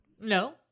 No